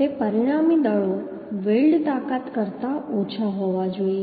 તે પરિણામી દળો વેલ્ડ તાકાત કરતાં ઓછા હોવા જોઈએ